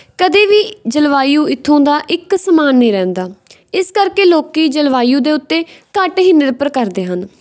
ਕਦੇ ਵੀ ਜਲਵਾਯੂ ਇੱਥੋਂ ਦਾ ਇੱਕ ਸਮਾਨ ਨਹੀਂ ਰਹਿੰਦਾ ਇਸ ਕਰਕੇ ਲੋਕ ਜਲਵਾਯੂ ਦੇ ਉੱਤੇ ਘੱਟ ਹੀ ਨਿਰਭਰ ਕਰਦੇ ਹਨ